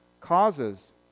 Causes